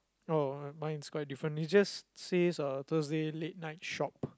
oh mine is quite different it just says uh thursday late night shop